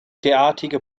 derartige